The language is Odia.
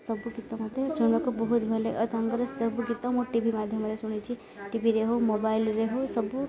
ସବୁ ଗୀତ ମୋତେ ଶୁଣିବାକୁ ବହୁତ ଭଲ ଲାଗେ ଆଉ ତାଙ୍କର ସବୁ ଗୀତ ମୁଁ ଟି ଭି ମାଧ୍ୟମରେ ଶୁଣିଛି ଟିଭିରେ ହଉ ମୋବାଇଲରେ ହଉ ସବୁ